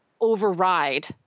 override